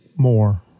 more